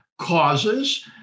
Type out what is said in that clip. causes